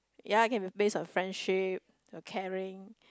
ya can be based on friendship the caring